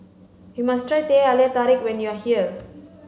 you must try Teh Halia Tarik when you are here